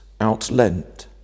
outlent